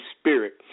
spirit